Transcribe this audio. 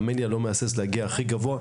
אני לא מהסס להגיע הכי גבוה,